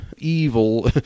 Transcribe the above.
Evil